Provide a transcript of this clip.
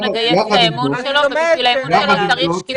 לגייס את האמון שלו ובשביל האמון שלו צריך שקיפות.